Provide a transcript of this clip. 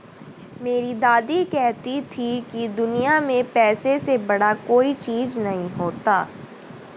मेरी दादी कहती थी कि दुनिया में पैसे से बड़ा कोई चीज नहीं होता